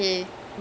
mm